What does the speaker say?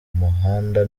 muhanda